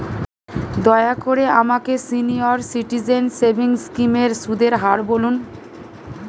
দয়া করে আমাকে সিনিয়র সিটিজেন সেভিংস স্কিমের সুদের হার বলুন